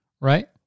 right